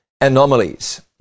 anomalies